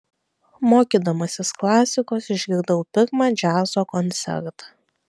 mokydamasis klasikos išgirdau pirmą džiazo koncertą